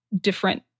different